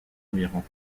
environ